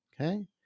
okay